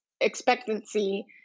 expectancy